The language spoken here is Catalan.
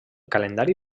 calendari